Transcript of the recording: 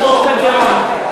עדי, זה היה מתון או לחץ לא מתון?